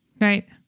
Right